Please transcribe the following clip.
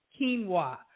quinoa